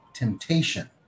temptation